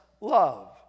love